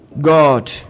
God